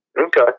Okay